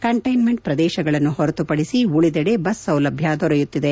containment ಪ್ರದೇಶಗಳನ್ನು ಹೊರತುಪಡಿಸಿ ಉಳಿದೆಡೆ ಬಸ್ ಸೌಲಭ್ಹ ದೊರೆಯುತ್ತಿದೆ